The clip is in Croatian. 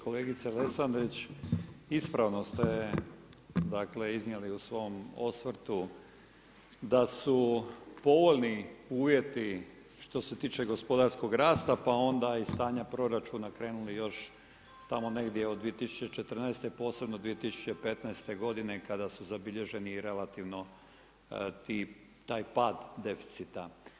Kolegice Lesandrić, ispravno ste dakle iznijeli u svom osvrtu da su povoljni uvjeti što se tiče gospodarskog rasta pa onda i stanja proračuna krenuli još tamo negdje od 2014., posebno 2015. godine kada su zabilježeni relativno taj pad deficita.